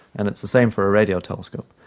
and it's the same for a radio telescope.